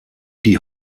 die